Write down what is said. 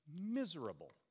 miserable